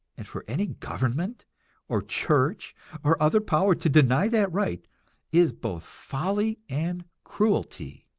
and for any government or church or other power to deny that right is both folly and cruelty.